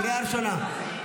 זה לא יכול להיות.